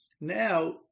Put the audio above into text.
Now